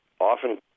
often